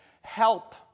Help